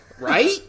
right